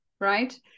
right